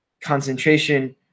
concentration